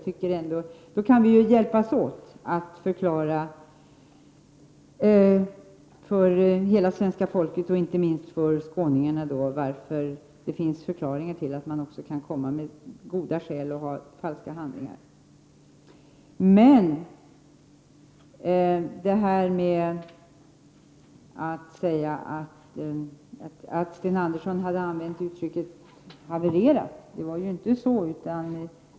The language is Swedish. Vi kan väl hjälpas åt med att förklara för hela svenska folket, inte minst för skåningarna, att en flykting kan ha goda skäl för att komma hit på falska handlingar. När det gäller användningen av ordet ”havererat” var det inte så som Sten Andersson i Malmö sade.